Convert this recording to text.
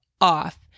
off